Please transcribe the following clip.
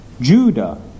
Judah